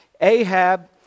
Ahab